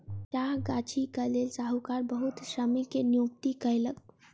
चाह गाछीक लेल साहूकार बहुत श्रमिक के नियुक्ति कयलक